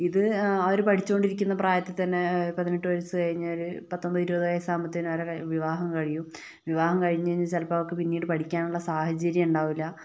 ഇത് അവര് പഠിച്ചോണ്ടിരിക്കുന്ന പ്രായത്തിൽ തന്നെ പതിനെട്ട് വയസ്സ് കഴിഞ്ഞാല് പത്തൊൻപത് ഇരുപത് വയസ്സ് ആകുമ്പോഴത്തേക്കും വിവാഹം കഴിയും വിവാഹം കഴിഞ്ഞു കഴിഞ്ഞാൽ പിന്നെ ചിലപ്പോൾ അവർക്ക് പഠിക്കാനുള്ള ഒരു സാഹചര്യം ഉണ്ടാവില്ല